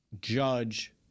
judge